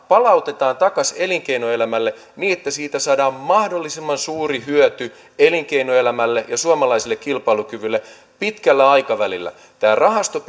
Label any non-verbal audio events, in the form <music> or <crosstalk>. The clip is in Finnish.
palautetaan takaisin elinkeinoelämälle niin että siitä saadaan mahdollisimman suuri hyöty elinkeinoelämälle ja suomalaiselle kilpailukyvylle pitkällä aikavälillä tämä rahasto <unintelligible>